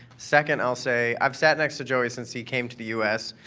second, i'll say i've sat next to joey since he came to the us.